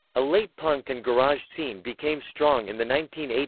a late punk and garage scene became strong in the nineteen eighty